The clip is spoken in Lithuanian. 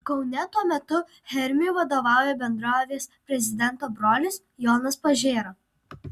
kaune tuo metu hermiui vadovauja bendrovės prezidento brolis jonas pažėra